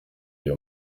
iyo